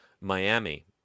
miami